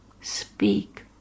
Speak